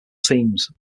teams